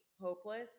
hopeless